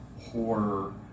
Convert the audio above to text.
horror